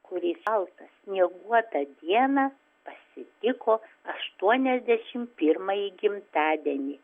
kuris šaltą snieguotą dieną pasitiko aštuoniasdešim pirmąjį gimtadienį